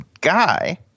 guy